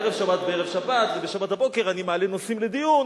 בערב שבת ובשבת בבוקר אני מעלה נושאים לדיון,